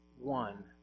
one